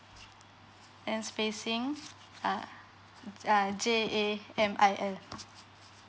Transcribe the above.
as facing ah ah J A M I L